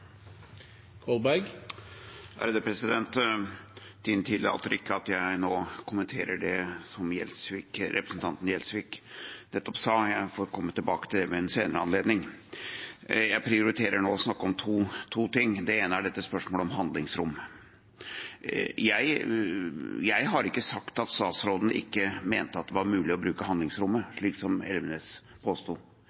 Gjelsvik nettopp sa. Jeg får komme tilbake til det ved en senere anledning. Jeg prioriterer nå å snakke om to ting. Det ene er spørsmålet om handlingsrom. Jeg har ikke sagt at statsråden ikke mente at det var mulig å bruke handlingsrommet,